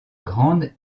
grande